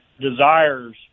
desires